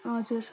हजुर